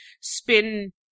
spin